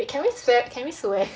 wait can we swear can we swear